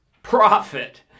Profit